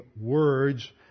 words